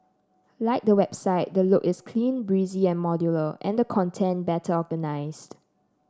like the website the look is clean breezy and modular and the content better organised